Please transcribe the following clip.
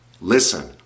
Listen